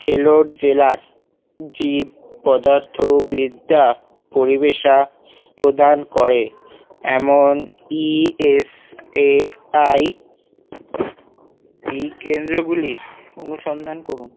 ভেলোর জেলার জীবপদার্থবিদ্যা পরিবেশা প্রদান করে এমন ইএসএআই ই কেন্দ্রগুলির অনুসন্ধান করুন